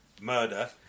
murder